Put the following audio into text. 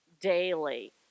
daily